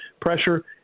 pressure